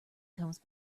comes